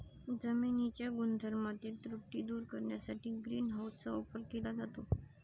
जमिनीच्या गुणधर्मातील त्रुटी दूर करण्यासाठी ग्रीन हाऊसचा वापर केला जातो